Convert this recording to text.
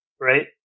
right